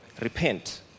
repent